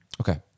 Okay